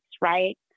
right